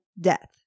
death